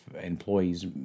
employees